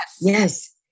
Yes